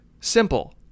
simple